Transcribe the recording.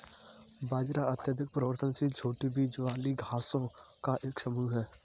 बाजरा अत्यधिक परिवर्तनशील छोटी बीज वाली घासों का एक समूह है